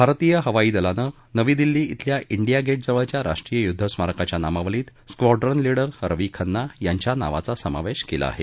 भारतीय हवाई दलानं नवी दिल्ली इथल्या इंडिया गेट जवळच्या राष्ट्रीय युद्ध स्मारकाच्या नामावलीत स्कॉडून लिडर रवी खन्ना यांच्या नावाचा समावेश केला आहे